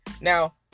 Now